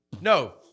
no